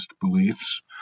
beliefs